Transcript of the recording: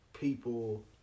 people